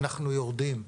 אנחנו יורדים,